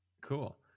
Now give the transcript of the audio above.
Cool